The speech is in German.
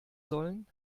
sollen